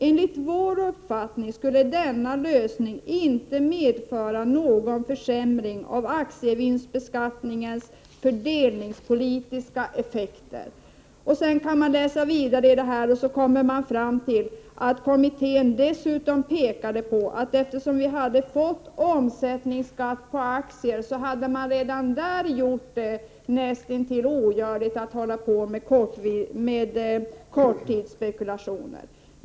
Enligt vår uppfattning skulle denna lösning inte medföra någon försämring av aktievinstbeskattningens fördelningspolitiska effekter.” Sedan kan man läsa vidare och finna att kommittén dessutom pekade på att eftersom vi hade fått omsättningsskatt på aktier hade man redan där gjort det näst intill ogörligt att hålla på med korttidsspekulationer.